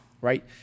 Right